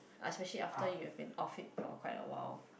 especially after you have been off it for quite a while